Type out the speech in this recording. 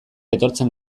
etortzen